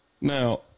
Now